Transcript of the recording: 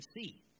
see